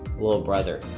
little brother,